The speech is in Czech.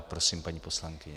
Prosím, paní poslankyně.